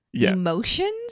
emotions